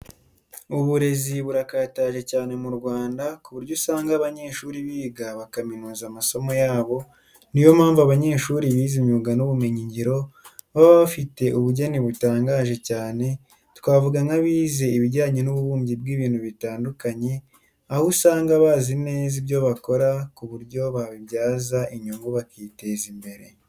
Uburezi burakataje cyane mu Rwanda ku buryo usanga abanyeshuri biga bakaminuza amasomo yabo, niyompamvu abanyeshuri bize imyuga n'ubumenyingiro baba bafite ubugeni butangaje cyane twavuga nk'abize ibijyanye n'ububumbyi bw'ibintu bitandukanye aho usanga bazi neza ibyo bakora ku buryo babibyaza inyungu bakiteza imbere.